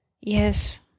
Yes